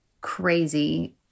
crazy